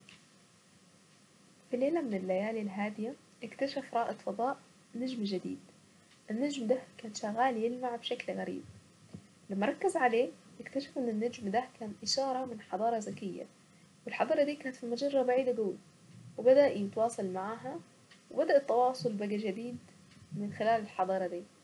في ليلة من الليالي الهادية اكتشف رائد فضاء نجم جديد النجم ده كان شغال يلمع بشكل غريب لما ركز عليه اكتشفوا ان النجم ده كان اشارة من حضارة ذكية الحضارة دي كانت في مجرة بعيدة قوي وبدأ يتواصل معها وبدأ التواصل بقى جديد من خلال الحضارة دي.